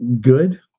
good